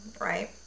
right